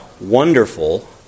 wonderful